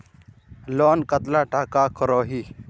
Loan कतला टाका करोही?